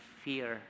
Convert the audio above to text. fear